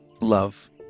love